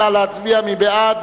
נא להצביע, מי בעד?